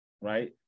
right